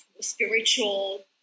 spiritual